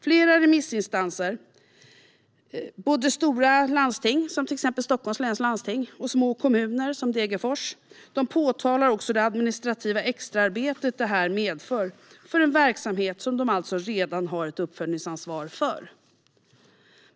Flera remissinstanser - både stora landsting, till exempel Stockholms läns landsting, och små kommuner, som Degerfors - påtalar också det administrativa extraarbete detta medför för en verksamhet de alltså redan har ett uppföljningsansvar för.